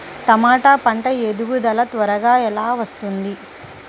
టమాట పంట ఎదుగుదల త్వరగా ఎలా వస్తుంది?